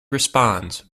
responds